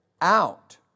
out